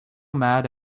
mad